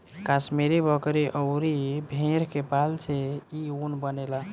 कश्मीरी बकरी अउरी भेड़ के बाल से इ ऊन बनेला